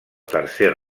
tercer